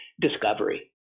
discovery